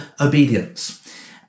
obedience